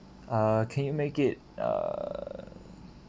uh can you make it err